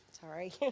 sorry